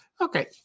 Okay